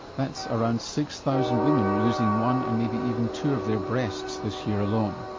that's around six thousand women losing one, and maybe even two of their breasts this year alone.